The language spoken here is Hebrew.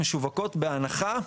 משווקות בהנחה,